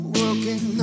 working